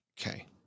Okay